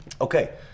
Okay